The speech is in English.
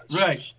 Right